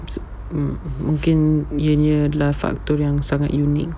mungkin dia nya faktor yang sangat unik